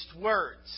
words